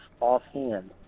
offhand